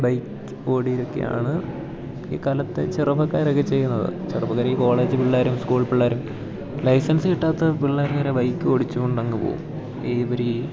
bike ഓടിലൊക്കെയാണ് ഈ കാലത്തെ ചെറുപ്പക്കാരൊക്കെ ചെയ്യുന്നത് ചെറുപ്പക്കാർ ഈ കോളേജ് പിള്ളേരും സ്കൂൾ പിള്ളേരും ലൈസൻസ് കിട്ടാത്ത പിള്ളേർ വരെ ബൈക്ക് ഓടിച്ച് കൊണ്ടങ്ങ് പോകും ഈ ഇവർ ഈ